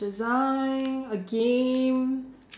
design a game